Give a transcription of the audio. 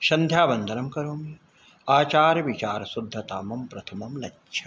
सन्ध्यावन्दनं करोमि आचारविचारशुद्धतां प्रथमं लक्षणम्